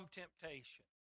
temptation